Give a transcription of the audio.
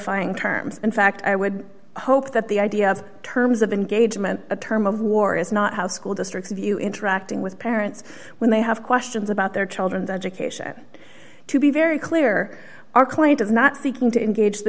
ying terms in fact i would hope that the idea of terms of engagement a term of war is not how school districts view interacting with parents when they have questions about their children's education to be very clear our client is not seeking to engage the